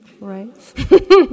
right